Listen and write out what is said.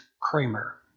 Kramer